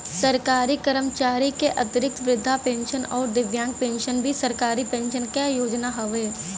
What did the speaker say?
सरकारी कर्मचारी क अतिरिक्त वृद्धा पेंशन आउर दिव्यांग पेंशन भी सरकारी पेंशन क योजना हउवे